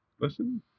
Listen